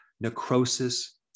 necrosis